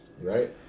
Right